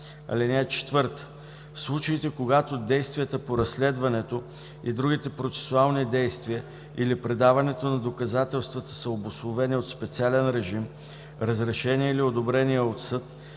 (4) В случаите, когато действията по разследването и другите процесуални действия или предаването на доказателствата са обусловени от специален режим, разрешение или одобрение от съд,